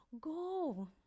Go